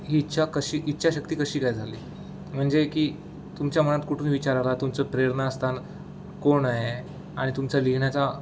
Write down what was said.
ही इच्छा कशी इच्छा शक्ती कशी काय झाली म्हणजे की तुमच्या मनात कुठूनही विचार आला तुमचं प्रेरणा असताना कोण आहे आणि तुमचा लिहिण्याचा